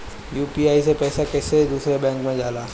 UPI से पैसा कैसे दूसरा बैंक मे जाला?